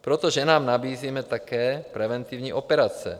Proto ženám nabízíme také preventivní operace.